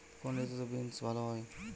কোন ঋতুতে বিন্স চাষ ভালো হয়?